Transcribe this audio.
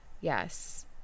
Yes